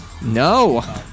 No